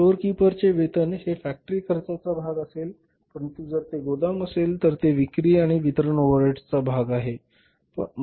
store keeper चे वेतन हे फॅक्टरी खर्चाचा एक भाग असेल परंतु जर ते गोदाम असेल तर ते विक्री आणि वितरण ओव्हरहेडचा एक भाग आहे बरोबर